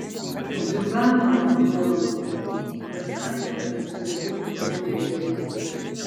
ziuganovą nuolankumu ir sakė kad jis turi būti kovingesnis